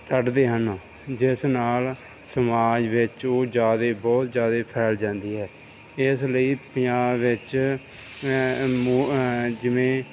ਕੱਢਦੇ ਹਨ ਜਿਸ ਨਾਲ ਸਮਾਜ ਵਿੱਚ ਉਹ ਜ਼ਿਆਦਾ ਬਹੁਤ ਜ਼ਿਆਦਾ ਫੈਲ ਜਾਂਦੀ ਹੈ ਇਸ ਲਈ ਪੰਜਾਬ ਵਿੱਚ ਜਿਵੇਂ